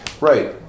Right